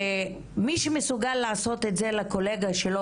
שמי שמסוגל לעשות את זה לקולגה שלו,